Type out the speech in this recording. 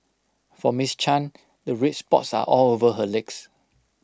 for miss chan the red spots are all over her legs